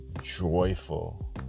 joyful